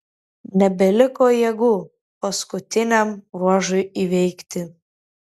nebeliko jėgų paskutiniam ruožui įveikti